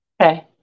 Okay